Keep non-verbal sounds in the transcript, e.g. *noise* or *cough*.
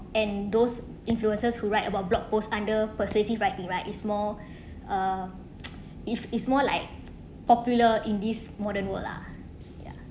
and those influences who write about blog post under persuasive writing right is more uh *noise* if it's more like popular in this modern world lah ya